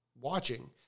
watching